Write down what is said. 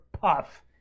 puff